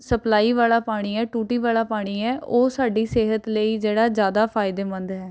supply ਵਾਲਾ ਪਾਣੀ ਹੈ ਟੂਟੀ ਵਾਲਾ ਪਾਣੀ ਹੈ ਉਹ ਸਾਡੀ ਸਿਹਤ ਲਈ ਜਿਹੜਾ ਜ਼ਿਆਦਾ ਫਾਇਦੇਮੰਦ ਹੈ